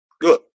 Good